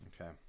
okay